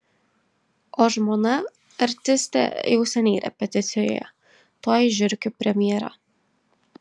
o žmona artistė jau seniai repeticijoje tuoj žiurkių premjera